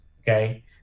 Okay